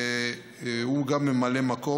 והוא גם ממלא מקום,